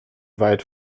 weit